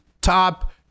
top